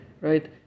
right